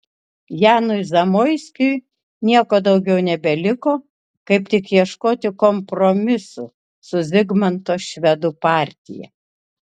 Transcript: janui zamoiskiui nieko daugiau nebeliko kaip tik ieškoti kompromisų su zigmanto švedų partija